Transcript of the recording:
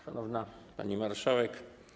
Szanowna Pani Marszałek!